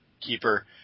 keeper